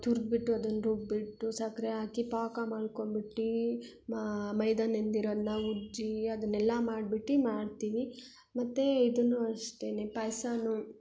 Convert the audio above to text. ತುರ್ದು ಬಿಟ್ಟು ಅದನ್ನು ರುಬ್ಬಿಟ್ಟು ಸಕ್ಕರೆ ಹಾಕಿ ಪಾಕ ಮಾಡ್ಕೊಂಬಿಟ್ಟು ಮೈದಾ ನೆನ್ದಿರೋದನ್ನ ಉಜ್ಜಿ ಅದನ್ನೆಲ್ಲ ಮಾಡ್ಬಿಟ್ಟು ಮಾಡ್ತೀವಿ ಮತ್ತು ಇದೂ ಅಷ್ಟೇ ಪಾಯ್ಸವೂ